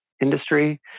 industry